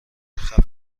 خفه